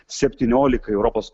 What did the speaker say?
septyniolikai europos